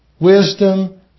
wisdom